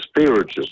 spiritual